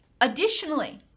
additionally